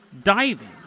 diving